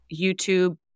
YouTube